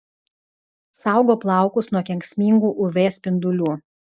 saugo plaukus nuo kenksmingų uv spindulių